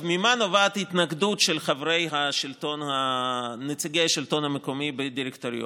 ממה נובעת ההתנגדות של נציגי השלטון המקומי בדירקטוריונים?